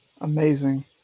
Amazing